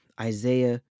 Isaiah